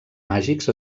màgics